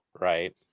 right